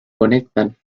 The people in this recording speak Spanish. conectan